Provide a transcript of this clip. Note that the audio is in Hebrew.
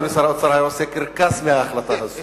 אדוני שר האוצר היה עושה קרקס מההחלטה הזו.